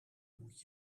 moet